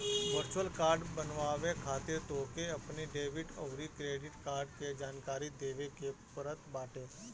virtual card बनवावे खातिर तोहके अपनी डेबिट अउरी क्रेडिट कार्ड के जानकारी देवे के पड़त बाटे